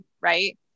right